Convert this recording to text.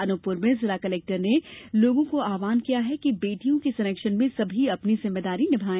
अनूपप्र में जिला कलेक्टर ने लोगों का आहवान किया कि बेटियों के संरक्षण में सभी अपनी अपनी भूमिका निभाए